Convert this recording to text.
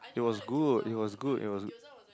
it was good it was good it was